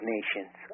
Nations